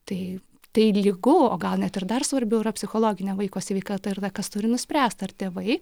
tai tai lygu o gal net ir dar svarbiau yra psichologinė vaiko sveikata ir tada kas turi nuspręst ar tėvai